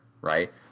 right